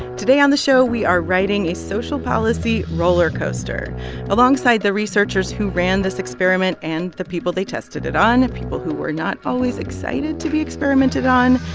today on the show, we are riding a social policy roller coaster alongside the researchers who ran this experiment and the people they tested it on, people who were not always excited to be experimented on.